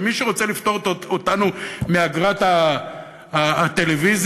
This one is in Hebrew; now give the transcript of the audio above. ומי שרוצה לפטור אותנו מאגרת הטלוויזיה,